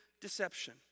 deception